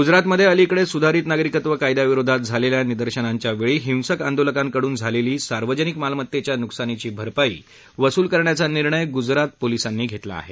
गुजरातमध्ये अलीकडेच सुधारित नागरिकत्व कायद्याविरोधात झालेल्या निदर्शनांच्या वेळी हिंसक आंदोलकांकडून झालेली सार्वजनिक मालमत्तेच्या नुकसानाची भरपाई वसूल करण्याचा निर्णय गुजरात पोलिसांनी घेतला आहे